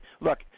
Look